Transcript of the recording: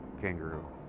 kangaroo